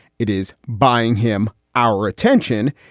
it is buying him our attention.